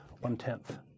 One-tenth